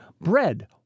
bread